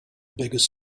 biggest